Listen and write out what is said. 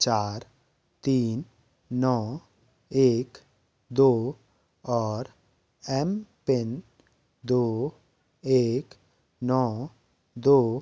चार तीन नौ एक दो और एम पिन दो एक नौ दो